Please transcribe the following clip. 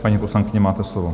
Paní poslankyně, máte slovo.